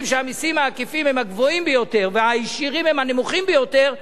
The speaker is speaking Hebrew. שהמסים העקיפים הם הגבוהים והישירים הם הנמוכים ביותר,